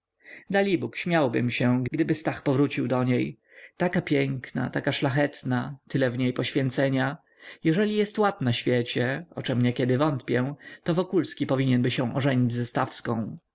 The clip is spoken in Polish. dalibóg śmiałbym się żeby stach powrócił do niej taka piękna taka szlachetna tyle w niej poświęcenia jeżeli jest ład na świecie o czem niekiedy wątpię to wokulski powinienby się ożenić ze stawską